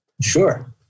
Sure